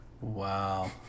Wow